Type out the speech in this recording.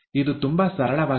ಇದು ತುಂಬಾ ಸರಳವಾಗಿದೆ